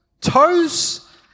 Toes